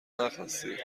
نخواستی